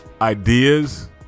ideas